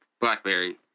blackberry